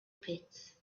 pits